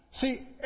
See